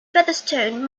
featherston